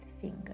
finger